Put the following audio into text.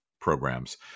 programs